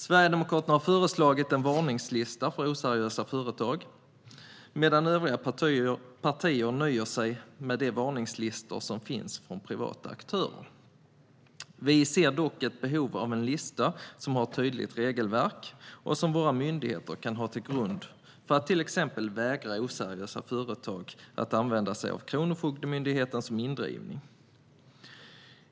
Sverigedemokraterna har föreslagit en varningslista över oseriösa företag, medan övriga partier nöjer sig med de varningslistor som finns från privata aktörer. Vi ser dock ett behov av en lista som har ett tydligt regelverk och som våra myndigheter kan ha till grund för att till exempel vägra oseriösa företag att använda sig av Kronofogdemyndigheten för indrivning.